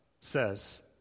says